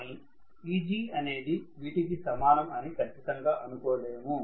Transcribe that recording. కానీ Eg అనేది Vt కి సమానంఅని ఖచ్చితంగా అనుకోలేము